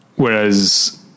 Whereas